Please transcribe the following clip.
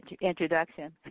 introduction